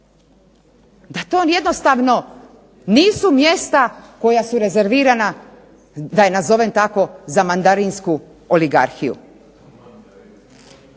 Da to jednostavno nisu mjesta koja su rezervirana da ih nazovem tako za mandarinsku oligarhiju.